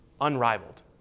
unrivaled